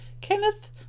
Kenneth